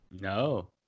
No